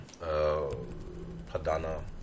Padana